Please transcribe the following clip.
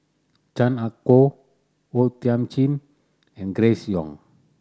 Chan Ah Kow O Thiam Chin and Grace Young